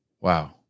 Wow